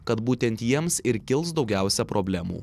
kad būtent jiems ir kils daugiausia problemų